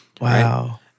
Wow